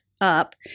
up